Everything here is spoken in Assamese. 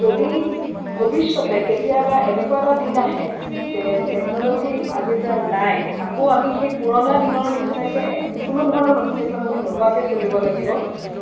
যদি ভৱিষ্যতে কেতিয়াবা এনেকুৱা এটা দিন আহে যে টেকন'ল'জী আজিৰ পৰা নাই আকৌ আমি সেই পুৰণা দিনৰ নিচিনাকৈ কোনোধৰণৰ নতুন টেকন'ল'জী নোহোৱাকৈ চলিব লাগিব